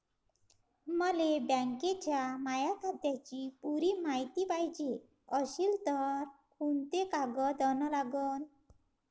मले बँकेच्या माया खात्याची पुरी मायती पायजे अशील तर कुंते कागद अन लागन?